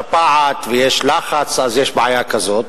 שפעת ויש לחץ אז יש בעיה כזאת.